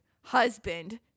husband